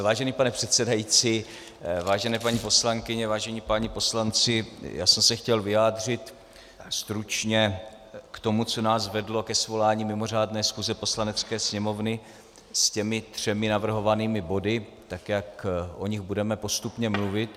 Vážený pane předsedající, vážené paní poslankyně, vážení páni poslanci, chtěl jsem se vyjádřit stručně k tomu, co nás vedlo ke svolání mimořádné schůze Poslanecké sněmovny s těmi třemi navrhovanými body, tak jak o nich budeme postupně mluvit.